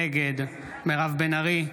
נגד מירב בן ארי,